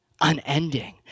unending